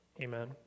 Amen